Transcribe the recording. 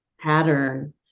pattern